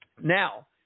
Now